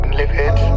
livid